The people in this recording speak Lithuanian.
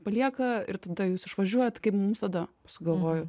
palieka ir tada jūs išvažiuojat kaip visada sugalvoju